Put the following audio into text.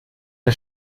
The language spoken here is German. der